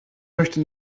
möchte